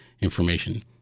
information